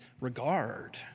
regard